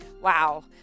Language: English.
Wow